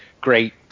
great